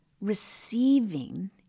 Receiving